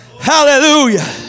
Hallelujah